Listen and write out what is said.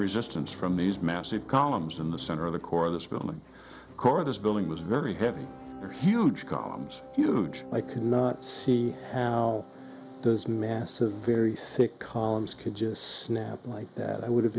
resistance from these massive columns in the center of the core of this building core this building was very heavy for huge columns huge i cannot see how those massive very sick columns could just snap like that i would have